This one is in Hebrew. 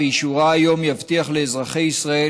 ואישורה היום יבטיח לאזרחי ישראל